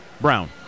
Brown